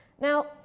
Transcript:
Now